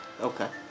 Okay